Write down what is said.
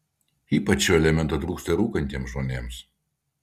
ypač šio elemento trūksta rūkantiems žmonėms